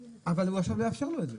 אבל הוא עכשיו לא יאפשר לו את זה.